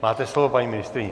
Máte slovo, paní ministryně.